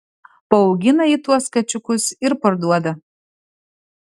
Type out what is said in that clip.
paaugina ji tuos kačiukus ir parduoda